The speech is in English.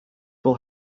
will